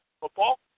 football